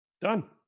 Done